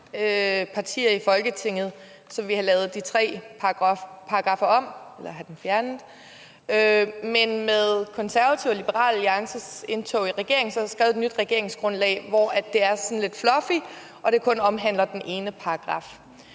partier i Folketinget, som ville have lavet de tre paragraffer om, eller have dem fjernet, men med Konservatives og Liberal Alliances indtog i regeringen er der skrevet et nyt regeringsgrundlag, hvor det er sådan lidt fluffy og det kun omhandler den ene paragraf.